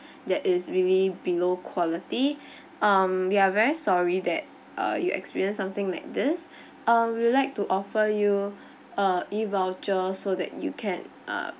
that is really below quality um we are very sorry that uh you experienced something like this uh we will like to offer you a E-voucher so that you can uh